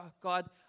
God